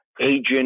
agent